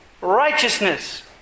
Righteousness